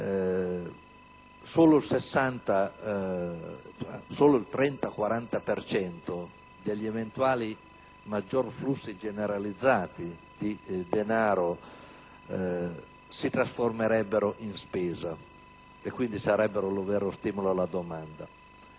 Solo il 30-40 per cento degli eventuali maggiori flussi generalizzati di denaro si trasformerebbe in spesa e quindi sarebbe un vero stimolo alla domanda.